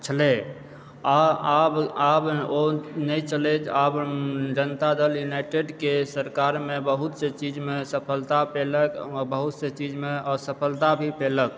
छले आ आब आब ओ नहि चलैत आब जनता दल युनाइटेड के सरकारमे बहुत सा चीजमे सफलता पैलक आओर बहुत सा चीजमे असफलता भी पैलक